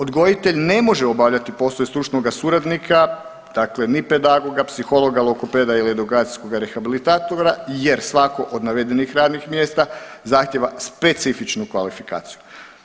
Odgojitelj ne može obavljati poslove stručnoga suradnika, dakle ni pedagoga, psihologa, logopeda ili edukacijskog rehabilitatora jer svako od navedenih radnih mjesta zahtjeva specifičnu kvalifikaciju.